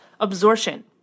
absorption